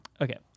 Okay